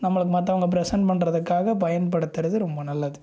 நம்மளுக்கு மற்றவங்க பிரசன் பண்றதுக்காக பயன்படுத்துகிறது ரொம்ப நல்லது